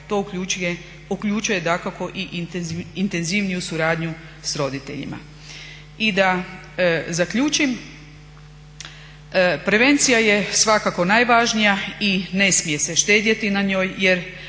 to uključuje dakako i intenzivniju suradnju s roditeljima. I da zaključim, prevencija je svakako najvažnija i ne smije se štedjeti na njoj jer